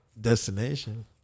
destination